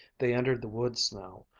they entered the woods now,